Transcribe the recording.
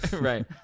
Right